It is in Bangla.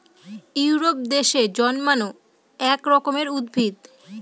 ইউরোপ দেশে জন্মানো এক রকমের উদ্ভিদ